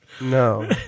No